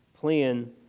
plan